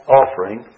offering